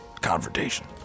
confrontation